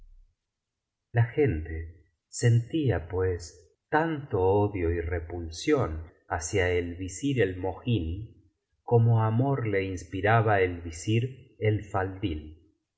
la gente sentía pues tanto odio y repulsión hacia el visir el mohin como amor le inspiraba el visir el faldl